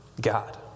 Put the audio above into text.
God